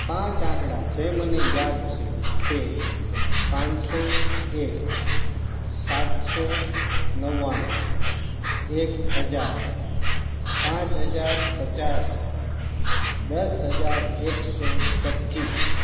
પાંચ આંકડા જે મને યાદ છે તે પાંચસો એક સાતસો નવ્વાણું એક હજાર પાંચ હજાર પચાસ દસ હજાર એકસો પચીસ